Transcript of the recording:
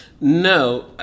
No